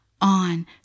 on